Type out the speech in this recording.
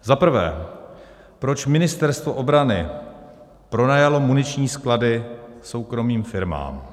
Za prvé, proč Ministerstvo obrany pronajalo muniční sklady soukromým firmám?